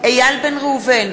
איל בן ראובן,